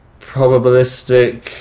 probabilistic